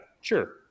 sure